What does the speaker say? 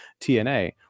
TNA